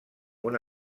una